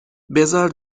بذار